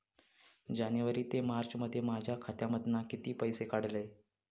जानेवारी ते मार्चमध्ये माझ्या खात्यामधना किती पैसे काढलय?